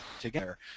together